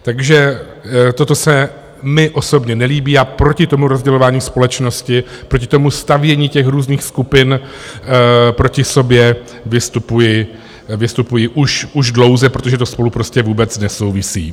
Takže toto se mně osobně nelíbí a proti tomu rozdělování společnosti, proti tomu stavění těch různých skupin proti sobě vystupuji už dlouze, protože to spolu prostě vůbec nesouvisí.